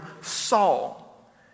Saul